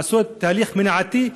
לעשות תהליך מניעתי,